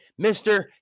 Mr